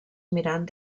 mirant